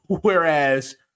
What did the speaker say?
whereas